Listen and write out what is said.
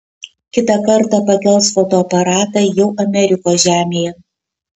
kitą kartą pakels fotoaparatą jau amerikos žemėje